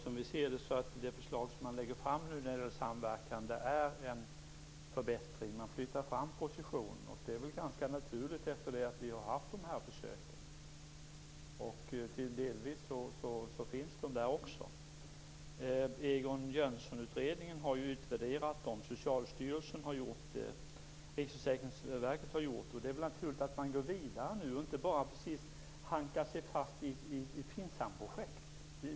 Fru talman! Det förslag som nu läggs fram när det gäller samverkan är en förbättring. Man flyttar fram positioner, och det är väl ganska naturligt efter det att det har pågått en försöksverksamhet. Egon Jönssonutredningen, Socialstyrelsen och Riksförsäkringsverket har utvärderat denna försöksverksamhet, och det är väl naturligt att man nu går vidare och inte bara hankar sig fast vid FINSAM-projekt.